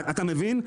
אתה מבין?